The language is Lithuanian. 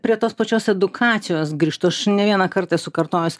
prie tos pačios edukacijos grįžtu aš ne vieną kartą esu kartojus